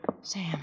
Sam